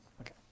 Okay